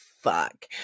fuck